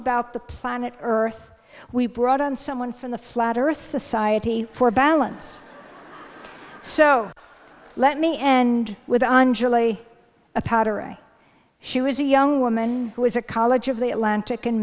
about the planet earth we brought on someone from the flat earth society for balance so let me end with on julie a powdery she was a young woman who was a college of the atlantic in